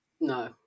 No